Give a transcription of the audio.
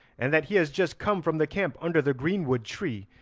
and that he has just come from the camp under the greenwood tree,